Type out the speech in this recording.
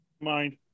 mind